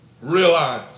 realize